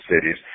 cities